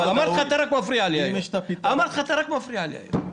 אמרתי לך שאתה רק מפריע לי היום.